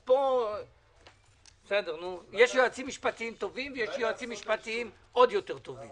אז פה - יש יועצים משפטיים טובים ויש יועצים משפטיים עוד יותר טובים.